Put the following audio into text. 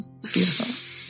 beautiful